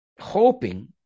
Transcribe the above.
Hoping